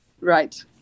Right